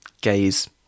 Gaze